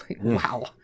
wow